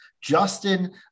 Justin